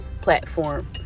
platform